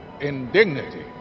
indignity